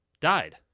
died